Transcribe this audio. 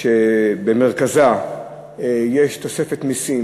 שבמרכזה יש תוספת מסים,